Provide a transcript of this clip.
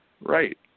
Right